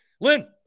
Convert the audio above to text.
Lynn